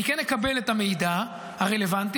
אני כן אקבל את המידע הרלוונטי,